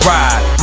Ride